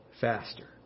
faster